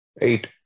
Eight